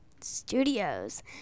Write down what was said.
Studios